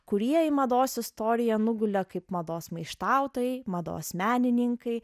kurie į mados istoriją nugulė kaip mados maištautojai mados menininkai